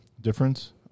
difference